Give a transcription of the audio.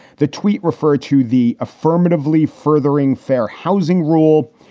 the tweet referred to the affirmatively furthering fair housing rule,